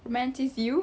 romance is you